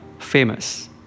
Famous